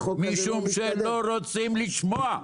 משום שלא רוצים לשמוע.